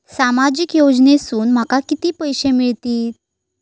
सामाजिक योजनेसून माका किती पैशे मिळतीत?